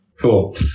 Cool